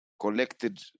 collected